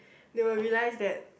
they will be like that